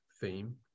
theme